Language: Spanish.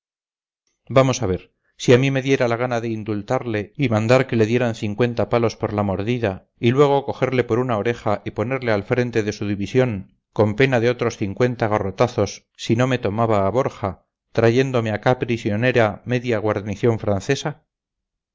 vamos a ver si a mí me diera la gana de indultarle y mandar que le dieran cincuenta palos por la mordida y luego cogerle por una oreja y ponerle al frente de su división con pena de otros cincuenta garrotazos si no me tomaba a borja trayéndome acá prisionera media guarnición francesa